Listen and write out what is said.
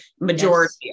majority